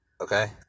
Okay